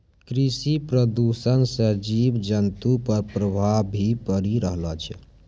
कृषि प्रदूषण से जीव जन्तु पर प्रभाव भी पड़ी रहलो छै